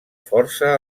força